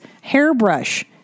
Hairbrush